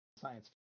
science